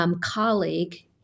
colleague